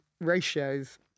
ratios